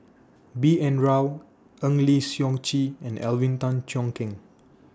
B N Rao Eng Lee Seok Chee and Alvin Tan Cheong Kheng